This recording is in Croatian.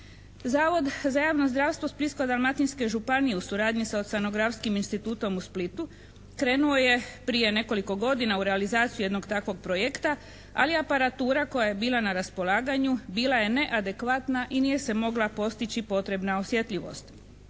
Zavod za javno zdravstvo Splitsko-dalmatinske županije u suradnji sa oceanografskim institutom u Splitu krenuo je prije nekoliko godina u realizaciju jednog takvog projekta, ali aparatura koja je bila na raspolaganju bila je neadekvatna i nije se mogla postići potrebna osjetljivost,